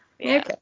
Okay